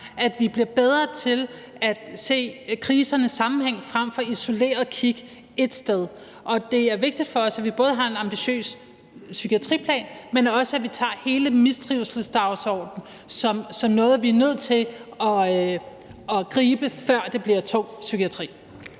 at vi bliver bedre til at se krisernes sammenhæng frem for isoleret at kigge ét sted. Og det er vigtigt for os, at vi både har en ambitiøs psykiatriplan, men også, at vi tager hele mistrivselsdagsordenen som noget, vi er nødt til at gribe, før det bliver tung psykiatri.